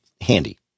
handy